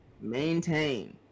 maintain